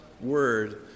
word